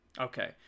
okay